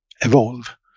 evolve